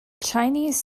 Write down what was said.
chinese